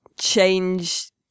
change